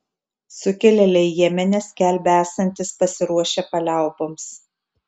sukilėliai jemene skelbia esantys pasiruošę paliauboms